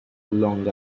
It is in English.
long